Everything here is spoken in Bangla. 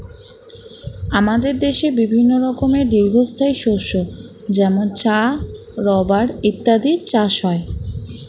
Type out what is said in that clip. আমাদের দেশে বিভিন্ন রকমের দীর্ঘস্থায়ী শস্য যেমন চা, রাবার ইত্যাদির চাষ হয়